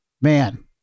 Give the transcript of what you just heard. man